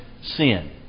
sin